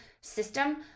system